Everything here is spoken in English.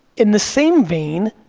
in the same vein,